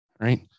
Right